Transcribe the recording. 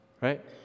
Right